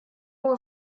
hohe